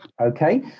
okay